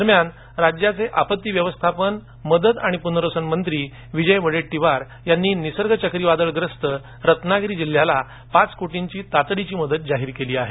दरम्यान राज्याचे आपत्ती व्यवस्थापन मदत आणि प्नर्वसन मंत्री विजय वडेट्टीवार यांनी निसर्ग चक्रीवादळाग्रस्त रत्नागिरी जिल्ह्याला पाच कोटींची तातडीची मदत जाहीर केली आहे